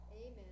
Amen